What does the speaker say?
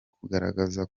kugaragaza